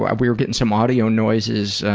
we were getting some audio noises,